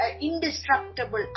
indestructible